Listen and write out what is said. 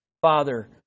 Father